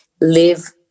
live